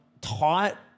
taught